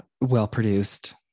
well-produced